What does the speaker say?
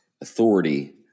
authority